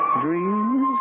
dreams